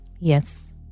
Yes